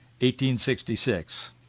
1866